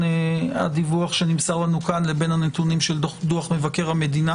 הדיווח שנמסר לנו פה לנתונים של דוח מבקר המדינה.